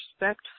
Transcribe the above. respect